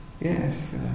yes